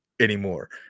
anymore